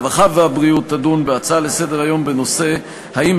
הרווחה והבריאות תדון בהצעה לסדר-היום בנושא: האם